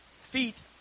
feet